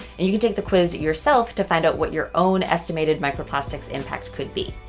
and you could take the quiz yourself to find out what your own estimated microplastics impact could be.